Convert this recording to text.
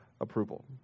approval